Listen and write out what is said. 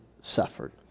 suffered